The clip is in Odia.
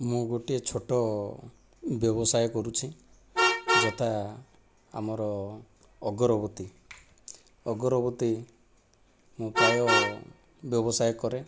ମୁଁ ଗୋଟିଏ ଛୋଟ ବ୍ୟବସାୟ କରୁଛି ଯଥା ଆମର ଅଗରବତୀ ଅଗରବତୀ ମୁଁ ପ୍ରାୟ ବ୍ୟବସାୟ କରେ